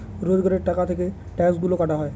রোজগারের টাকা থেকে ট্যাক্সগুলা কাটা হয়